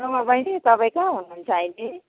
रोमा बहिनी तपाईँ कहाँ हुनुहुन्छ अहिले